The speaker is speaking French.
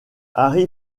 harry